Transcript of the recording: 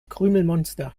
krümelmonster